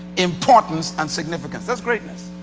importance and significance. that's greatness.